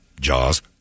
Jaws